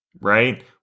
right